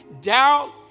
doubt